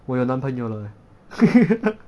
我有男朋友了 leh